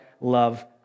love